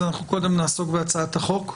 אנחנו קודם נעסוק בהצעת החוק,